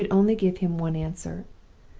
i could only give him one answer.